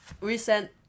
recent